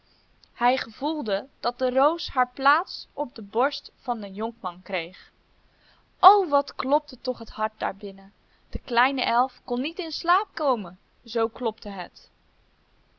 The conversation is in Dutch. hij gevoelde dat de roos haar plaats op de borst van den jonkman kreeg o wat klopte toch het hart daarbinnen de kleine elf kon niet in slaap komen zoo klopte het